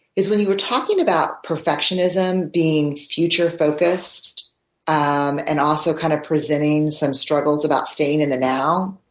is when you were talking about perfectionism being future-focused um and also kind of presenting some struggles about staying in the now.